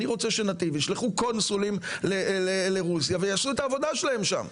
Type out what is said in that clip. אני רוצה ש"נתי"ב" ישלחו קונסולים לרוסיה ויעשו את העבודה שלהם שם.